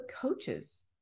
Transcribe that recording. coaches